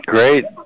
Great